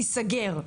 ייסגר.